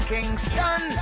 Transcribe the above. Kingston